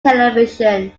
television